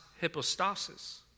hypostasis